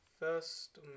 First